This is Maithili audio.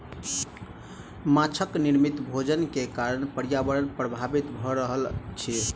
माँछक निर्मित भोजन के कारण पर्यावरण प्रभावित भ रहल अछि